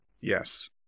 Yes